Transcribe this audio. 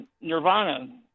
nirvana